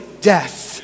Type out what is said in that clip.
death